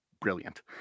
brilliant